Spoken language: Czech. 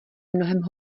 mnohem